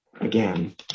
Again